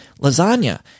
lasagna